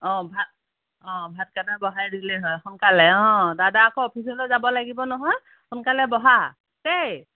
অ' ভা অ' ভাতকেইটা বহাই দিলে হয় সোনকালে অ' দাদা আকৌ অফিচলৈ যাব লাগিব নহয় সোনকালে বহা দেই